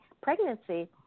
pregnancy